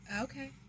Okay